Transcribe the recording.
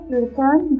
return